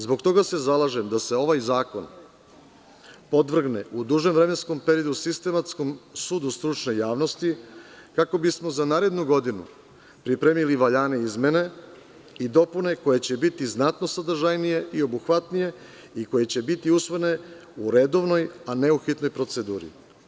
Zbog toga se zalažem da se ovaj zakon podvrgne u dužem vremenskom periodu sistematskom sudu stručne javnosti, kako bismo za narednu godinu pripremili valjane izmene i dopune koje će biti znatno sadržajnije i obuhvatnije i koje će biti usvojene u redovnoj a ne u hitnoj proceduri.